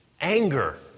anger